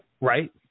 Right